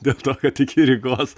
dėl to kad iki rygos